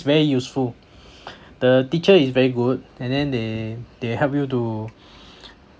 very useful the teacher is very good and then they they help you to